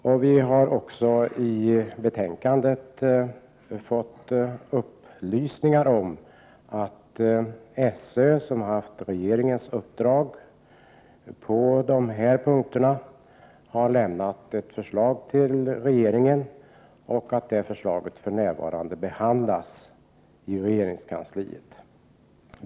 Utskottet har fått upplysningar om att SÖ, som haft regeringens uppdrag i denna fråga, har lämnat ett förslag till regeringen och att förslaget för närvarande behandlas i regeringskansliet.